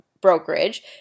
brokerage